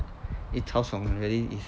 eh 超爽 really is